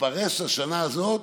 תתפרס השנה הזאת